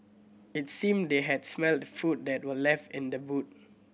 it seemed they had smelt the food that were left in the boot